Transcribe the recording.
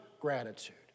gratitude